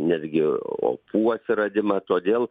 netgi opų atsiradimą todėl